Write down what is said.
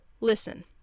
listen